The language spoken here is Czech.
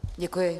Děkuji.